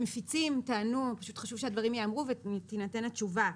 פשוט חשוב שהדברים ייאמרו ותינתן התשובה.